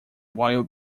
while